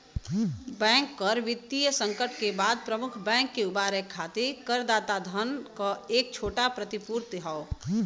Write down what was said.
bank कर वित्तीय संकट के बाद प्रमुख बैंक के उबारे खातिर करदाता धन क एक छोटा प्रतिपूर्ति हौ